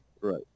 right